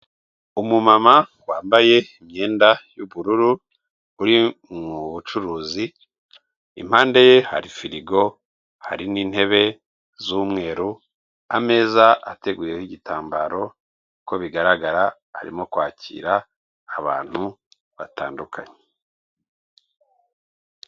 Umumama wambaye imyenda y'ubururu uri mu bucuruzi, impande ye hari firigo hari n'intebe z'umweru, ameza ateguyeho igitambaro uko bigaragara, arimo kwakira abantu batandukanye.